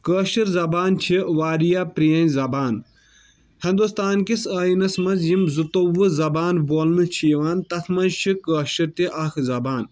کٲشر زبان چھِ واریاہ پرٲنۍ زبان ہنٛدوستان کِس ٲییٖنس منٛز یِم زٕتووُہ زبان بولنہٕ چھِ یِوان تتھ منٛز چھِ کٲشر تہِ اکھ زبان